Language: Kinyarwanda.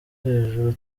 hejuru